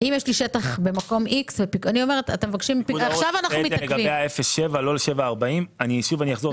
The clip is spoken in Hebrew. ל-0 עד 7 קילומטרים ולא ל-7 עד 40 קילומטרים.